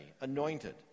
anointed